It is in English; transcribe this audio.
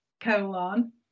colon